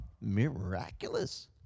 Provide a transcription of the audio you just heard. Miraculous